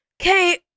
Okay